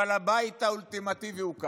אבל הבית האולטימטיבי הוא כאן,